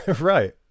Right